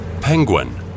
Penguin